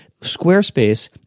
Squarespace